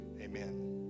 Amen